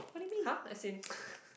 !huh! as in